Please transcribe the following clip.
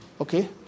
okay